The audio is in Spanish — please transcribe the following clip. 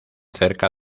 cerca